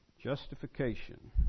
Justification